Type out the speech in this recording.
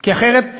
כי אחרת,